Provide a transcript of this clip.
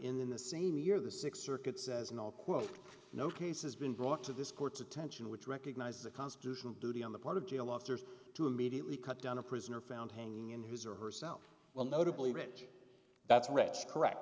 different in the same year the sixth circuit says no quote no case has been brought to this court's attention which recognizes a constitutional duty on the part of jail officers to immediately cut down a prisoner found hanging in his or herself well notably rich that's rich correct